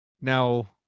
Now